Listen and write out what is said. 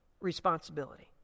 responsibility